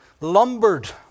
lumbered